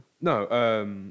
No